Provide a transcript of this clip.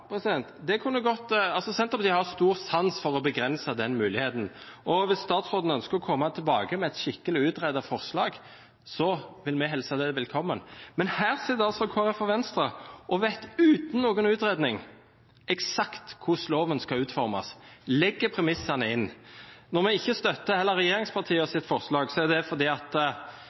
Senterpartiet har stor sans for å begrense den muligheten, og hvis statsråden ønsker å komme tilbake med et skikkelig utredet forslag, vil vi hilse det velkommen. Men her sitter altså Kristelig Folkeparti og Venstre og vet, uten noen utredning, eksakt hvordan loven skal utformes, og legger premissene inn. Når vi heller ikke støtter regjeringspartienes forslag, er det fordi